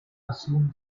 assumed